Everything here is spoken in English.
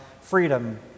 freedom